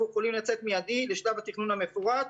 יכולים לצאת מיידית לשלב התכנון המפורט,